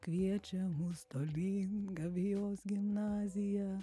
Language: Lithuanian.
kviečia mus tolyn gabijos gimnazija